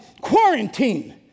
quarantine